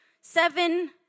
seven